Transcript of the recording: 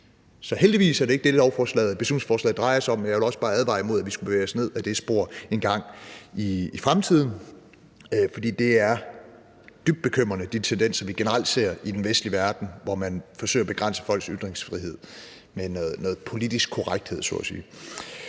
Så heldigvis er det ikke det, beslutningsforslaget drejer sig om, men jeg vil også bare advare mod, at vi skulle bevæge os ned ad det spor engang i fremtiden, for de tendenser, vi generelt ser i den vestlige verden, hvor man forsøger at begrænse folks ytringsfrihed med noget politisk korrekthed, så at sige,